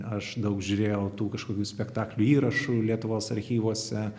aš daug žiūrėjau tų kažkokių spektaklių įrašų lietuvos archyvuose